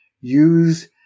use